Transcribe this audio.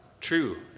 true